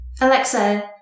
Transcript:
Alexa